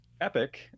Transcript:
Epic